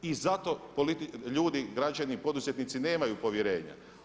I zato ljudi, građani, poduzetnici nemaju povjerenja.